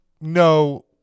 no